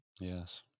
Yes